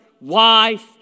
wife